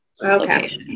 Okay